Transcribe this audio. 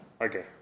Okay